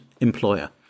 employer